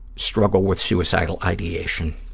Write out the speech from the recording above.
struggle with suicidal ideation.